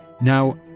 Now